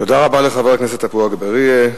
תודה רבה לחבר הכנסת עפו אגבאריה.